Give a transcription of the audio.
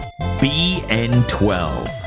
BN12